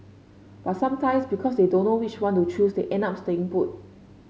but sometimes because they don't know which one to choose they end up staying put